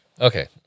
Okay